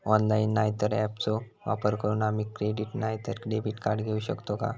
Online नाय तर ऍपचो वापर करून आम्ही क्रेडिट नाय तर डेबिट कार्ड घेऊ शकतो का?